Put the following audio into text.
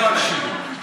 אני אומר.